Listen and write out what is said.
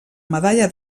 medalla